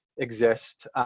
exist